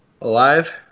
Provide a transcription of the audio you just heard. Alive